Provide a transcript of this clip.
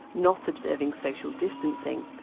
not observing social distancing.